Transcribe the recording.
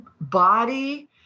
body